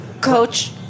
Coach